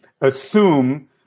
assume